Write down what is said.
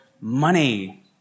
money